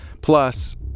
plus